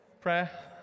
Prayer